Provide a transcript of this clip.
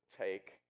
take